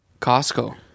Costco